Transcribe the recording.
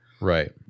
Right